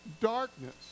darkness